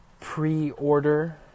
pre-order